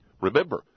Remember